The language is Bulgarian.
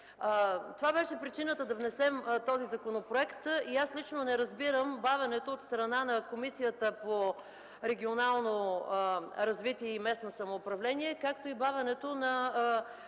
Това беше причината да внесем този законопроект. Аз лично не разбирам бавенето от страна на Комисията по регионална политика и местно самоуправление, Комисията